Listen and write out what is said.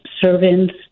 servants